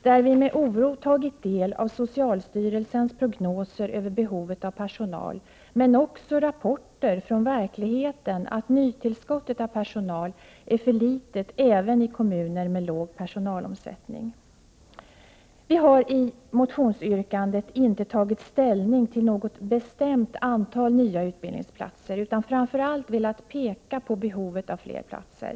Vi har med oro tagit del av socialstyrelsens prognoser över behovet av personal, men också av rapporter från verkligheten om att nytillskottet av personal är för litet även i kommuner med låg personalomsättning. Vi har i motionsyrkandet inte tagit ställning till något bestämt antal nya utbildningsplatser, utan har framför allt velat peka på behovet av fler platser.